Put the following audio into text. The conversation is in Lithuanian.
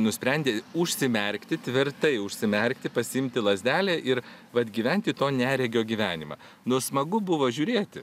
nusprendė užsimerkti tvirtai užsimerkti pasiimti lazdelę ir vat gyventi to neregio gyvenimą nu smagu buvo žiūrėti